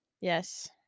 Yes